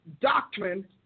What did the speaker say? Doctrine